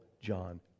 John